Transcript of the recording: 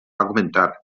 augmentar